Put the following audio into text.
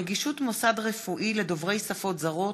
נגישות מוסד רפואי לדוברי שפות זרות),